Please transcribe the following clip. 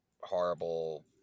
horrible